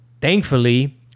Thankfully